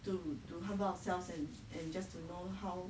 to to humble ourselves and and just to know how